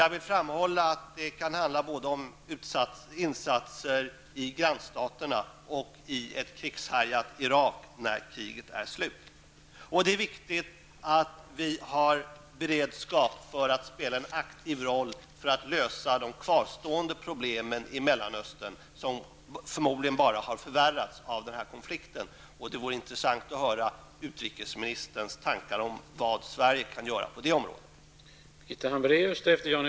Jag vill framhålla att det kan handla både om insatser i gränsstaterna och i ett krigshärjat Irak när kriget är slut. Det är också viktigt att vi har beredskap för att spela en aktiv roll för att lösa de kvarstående problemen i Mellanöstern, vilka förmodligen har förvärrats av denna konflikt. Det vore intressant att höra utrikesministerns tankar om vad Sverige kan göra på detta område.